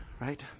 right